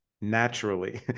naturally